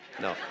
No